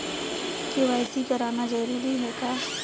KYC कराना जरूरी है का?